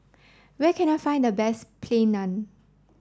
where can I find the best Plain Naan